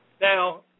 Now